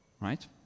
right